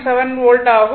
7 volt ஆகும்